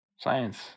Science